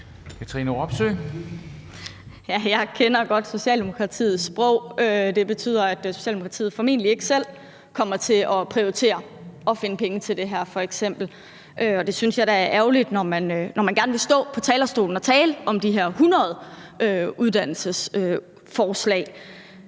Jeg kender godt Socialdemokratiets sprog. Det betyder f.eks., at Socialdemokratiet formentlig ikke selv kommer til at prioritere at finde penge til det her. Og det synes jeg da er ærgerligt, når man gerne vil stå på talerstolen og tale om de her 100 uddannelsesforslag.